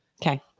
Okay